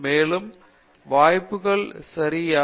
பேராசிரியர் பிரதாப் ஹரிதாஸ் மேலும் வாய்ப்புகள் சரியா